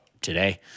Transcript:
today